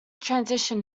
transition